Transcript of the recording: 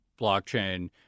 blockchain